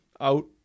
out